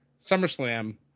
SummerSlam